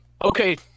Okay